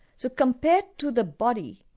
so compared to the body,